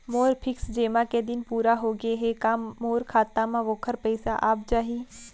मोर fix जेमा के दिन पूरा होगे हे का मोर खाता म वोखर पइसा आप जाही?